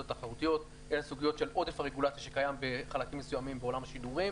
התחרותיות והן לסוגיות של עודף רגולציה שקיים בחלקים בעולם השידורים